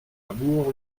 lamour